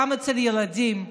גם אצל ילדים,